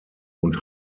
und